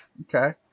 Okay